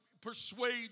persuade